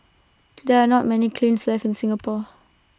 there are not many kilns left in Singapore